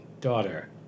daughter